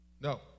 No